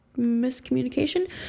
miscommunication